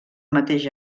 mateix